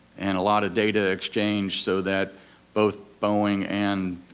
and a lot of data exchanged so that both boeing and